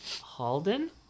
Halden